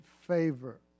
favor